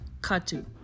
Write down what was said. katu